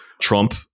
Trump